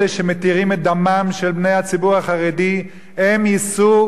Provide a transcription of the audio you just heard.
אלה שמתירים את דמם של בני הציבור החרדי, הם יישאו